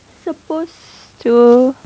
supposed to